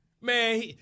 Man